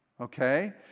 Okay